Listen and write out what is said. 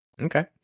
Okay